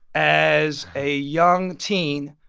as a young teen,